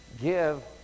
give